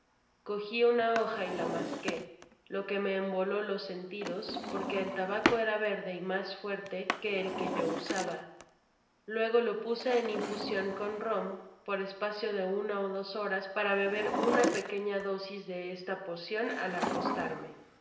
cogi una hoja y la masqué loque me embotó los sentidos porque el tabaco era verde'y mas fuerte que e que yo usaba luego lo puse en infusion con rom por espacio de una ó dos horas para beber una pequeña dosis de esta pocion al acostarme